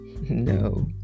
No